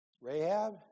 Rahab